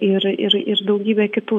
ir ir ir daugybė kitų